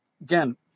Again